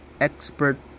Expert